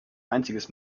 einziges